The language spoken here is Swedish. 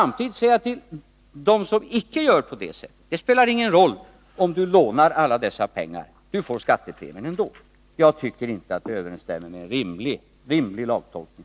När man säger att det inte spelar någon roll om du lånar alla dessa pengar — du får skattepremien ändå — tycker jag att det inte överensstämmer med en rimlig lagtolkning.